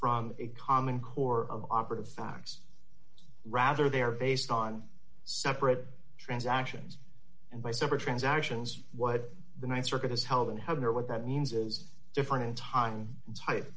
from a common core of operative facts rather they are based on separate transactions and by separate transactions what the th circuit has held in heaven or what that means is different in time t